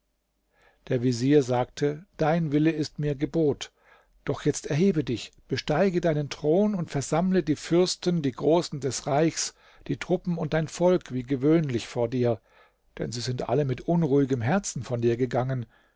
der vezier sagte dein wille ist mir gebot doch jetzt erhebe dich besteige deinen thron und versammle die fürsten die großen des reichs die truppen und dein volk wie gewöhnlich vor dir denn sie sind alle mit unruhigem herzen von dir gegangen